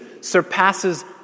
surpasses